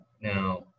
Now